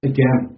Again